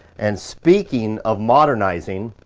and speaking of modernizing,